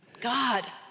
God